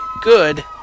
Good